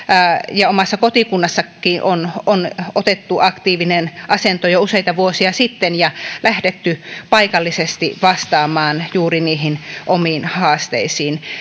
ja omassa kotikunnassakin on on otettu aktiivinen asento jo useita vuosia sitten ja lähdetty paikallisesti vastaamaan juuri niihin omiin haasteisiin